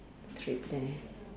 trip there